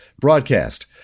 broadcast